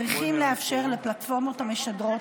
צריכים לאפשר לפלטפורמות המשדרות